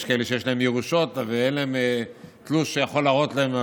יש כאלה שיש להם ירושות ואין להם תלוש שיכול להראות להם,